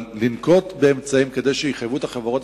אבל לנקוט אמצעים כדי שיחייבו את החברות